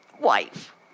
wife